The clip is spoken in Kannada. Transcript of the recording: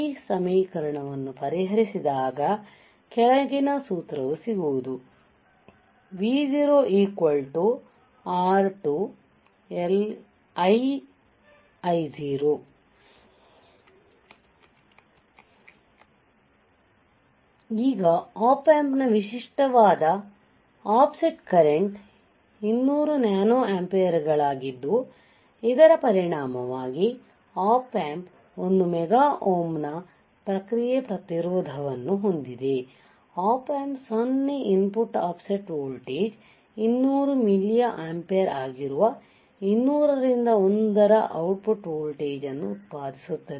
ಈ ಸಮೀಕರಣವನ್ನು ಪರಿಹರಿಸಿದಾಗ ಕೆಳಗಿನ ಸೂತ್ರ ಸಿಗುವುದು ಈಗ Op Amp ನ ವಿಶಿಷ್ಟವಾದ ಆಫ್ಸೆಟ್ ಕರೆಂಟ್ 200 ನ್ಯಾನೋ ಆಂಪಿಯರ್ಗಳಾಗಿದ್ದು ಇದರ ಪರಿಣಾಮವಾಗಿ Op Amp ಒಂದು ಮೆಗಾ ಓಮ್ನ ಪ್ರತಿಕ್ರಿಯೆ ಪ್ರತಿರೋಧವನ್ನು ಹೊಂದಿದೆ Op Amp 0 ಇನ್ಪುಟ್ ಆಫ್ಸೆಟ್ ವೋಲ್ಟೇಜ್ಗೆ 200 ಮಿಲಿಯ ಆಂಪಿಯರ್ ಆಗಿರುವ 200 ರಿಂದ 1 ರ ಔಟ್ಪುಟ್ ವೋಲ್ಟೇಜ್ ಅನ್ನು ಉತ್ಪಾದಿಸುತ್ತದೆ